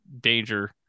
danger